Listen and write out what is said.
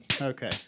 Okay